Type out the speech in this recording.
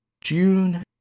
June